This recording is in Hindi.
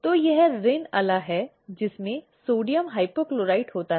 तो यह रिन अला है जिसमें सोडियम हाइपोक्लोराइट होता है